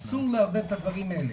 אסור לאבד את הדברים האלה,